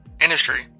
industry